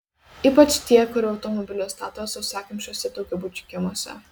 ypač tie kurie automobilius stato sausakimšuose daugiabučių kiemuose